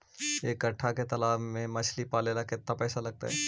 एक कट्ठा के तालाब में मछली पाले ल केतना पैसा लगतै?